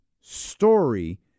story